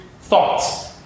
thoughts